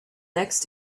next